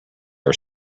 are